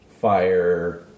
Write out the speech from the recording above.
fire